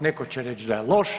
Netko će reći da je loš.